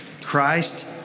Christ